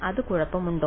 അത് കുഴപ്പമുണ്ടോ